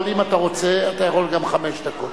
אבל אם אתה רוצה אתה יכול גם חמש דקות.